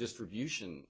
distribution